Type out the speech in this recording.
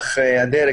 אך הדרך,